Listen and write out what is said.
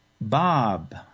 Bob